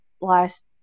last